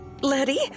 Letty